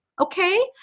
okay